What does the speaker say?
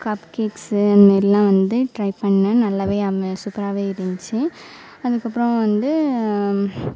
cup cakes அந்தமாதிரிலாம் வந்து try பண்ணேன் நல்லா சூப்பராகவே இருந்துச்சு அதுக்கப்பறம் வந்து